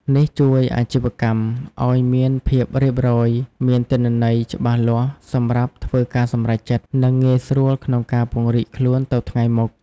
នេះជួយអាជីវកម្មឲ្យមានភាពរៀបរយ មានទិន្នន័យច្បាស់លាស់សម្រាប់ធ្វើការសម្រេចចិត្ត និងងាយស្រួលក្នុងការពង្រីកខ្លួនទៅថ្ងៃមុខ។